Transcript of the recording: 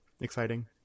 exciting